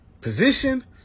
position